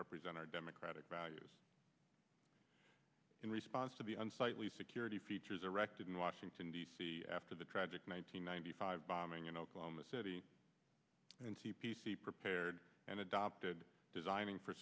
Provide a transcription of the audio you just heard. represent our democratic values in response to the unsightly security features erected in washington d c after the tragic nine hundred ninety five bombing in oklahoma city and c p c prepared and adopted designing for